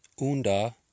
Unda